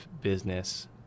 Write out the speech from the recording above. business